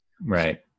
Right